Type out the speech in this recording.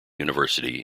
university